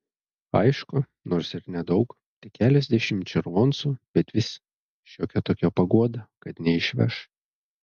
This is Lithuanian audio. aišku nors ir nedaug tik keliasdešimt červoncų bet vis šiokia tokia paguoda kad neišveš